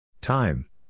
Time